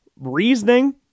reasoning